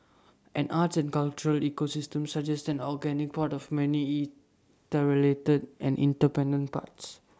an arts and cultural ecosystem suggests an organic pot of many interrelated and inter pendent parts